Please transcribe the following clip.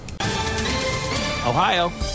ohio